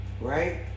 right